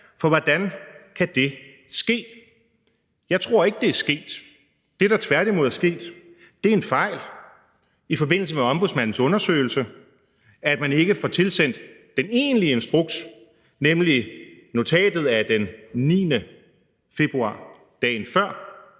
for hvordan kan det ske? Jeg tror ikke, det er sket. Det, der tværtimod er sket, er en fejl i forbindelse med Ombudsmandens undersøgelse: at man ikke får tilsendt den egentlige instruks, nemlig notatet af 9. februar, dagen før,